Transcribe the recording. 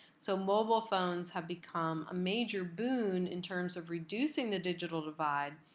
so mobile phones have become a major boon in terms of reducing the digital divide,